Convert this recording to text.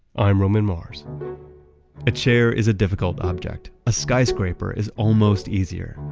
i'm roman mars a chair is a difficult object. a skyscraper is almost easier.